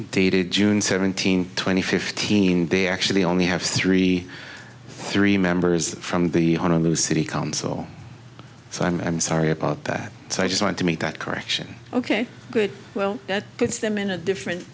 dated june seventeenth twenty fifteen they're actually only have three three members from the honolulu city council so i'm sorry about that so i just want to make that correction ok good well that puts them in a different